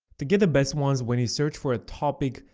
to get the best ones when you search for a topic,